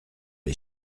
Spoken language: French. les